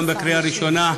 גם בקריאה הראשונה,